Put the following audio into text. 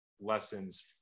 lessons